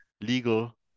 legal